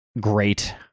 great